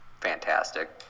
fantastic